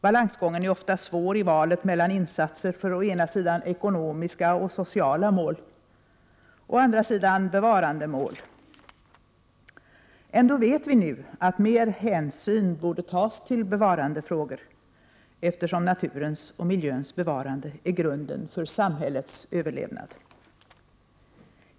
Balansgången är ofta svår i valet mellan insatser för å ena sidan ekonomiska och sociala mål, å andra sidan bevarandemål. Ändå vet vi nu att mer hänsyn borde tas till bevarandefrågor, eftersom naturens och miljöns bevarande är grunden för samhällets överlevnad.